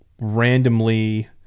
randomly